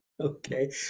Okay